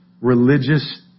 religious